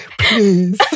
Please